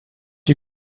you